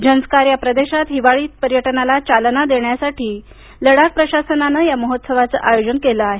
झंस्कार या प्रदेशात हिवाळी पर्यटनाला चालना देण्यासाठी लडाख प्रशासनानं या महोत्सवाचं आयोजन केलं आहे